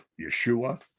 Yeshua